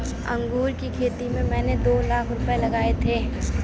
अंगूर की खेती में मैंने दो लाख रुपए लगाए थे